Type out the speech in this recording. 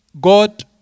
God